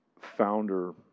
founder